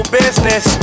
business